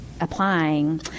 applying